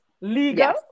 legal